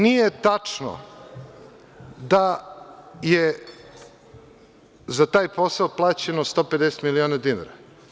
Nije tačno da je za taj posao plaćeno 150 miliona dinara.